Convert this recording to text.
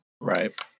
right